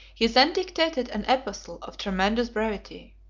he then dictated an epistle of tremendous brevity